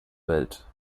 welt